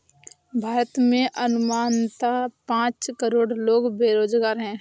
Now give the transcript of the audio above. भारत में अनुमानतः पांच करोड़ लोग बेरोज़गार है